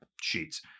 sheets